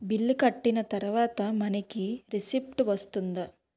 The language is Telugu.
బిల్ కట్టిన తర్వాత మనకి రిసీప్ట్ వస్తుందా?